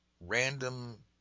random